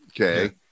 okay